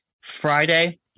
Friday